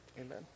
amen